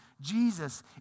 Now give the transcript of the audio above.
Jesus